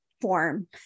form